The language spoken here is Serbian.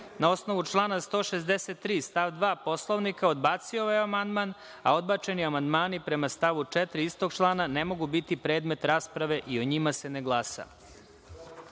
na osnovu člana 163. stav 2. Poslovnika, odbacio je ovaj amandman, a odbačeni amandmani, prema stavu 4. istog člana, ne mogu biti predmet rasprave i o njima se ne glasa. Pošto